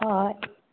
ꯍꯣꯏ